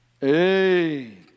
Hey